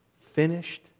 finished